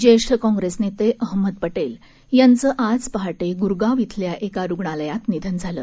ज्येष्ठ काँग्रेस नेते अहमद पटेल यांचं आज पहाटे गुरगाव इथल्या एका रुग्णालयात निधन झालं